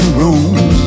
rooms